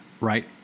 right